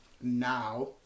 Now